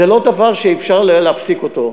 זה לא דבר שאפשר להפסיק אותו.